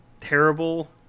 terrible